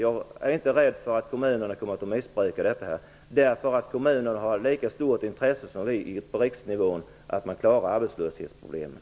Jag är inte rädd för att kommunerna kommer att missbruka detta. Kommunerna har lika stort intresse som vi på riksnivån att klara arbetslöshetsproblemen.